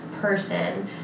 person